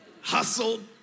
hustled